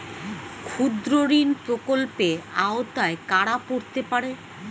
ক্ষুদ্রঋণ প্রকল্পের আওতায় কারা পড়তে পারে?